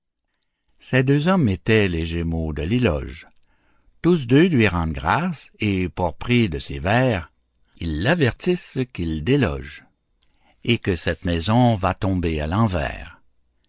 ces deux hommes étaient les gémeaux de l'éloge tous deux lui rendent grâces et pour prix de ses vers ils l'avertissent qu'il déloge et que cette maison va tomber à l'envers